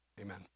amen